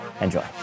enjoy